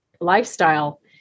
lifestyle